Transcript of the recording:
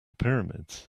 pyramids